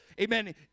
amen